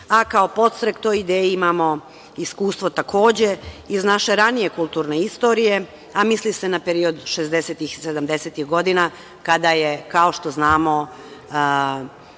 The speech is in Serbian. A, kao podstrek toj ideji imamo iskustvo takođe iz naše ranije kulturne istorije, a misli se na period 60-ih i 70-ih godina, kada je, kao što znamo,